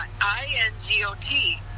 I-N-G-O-T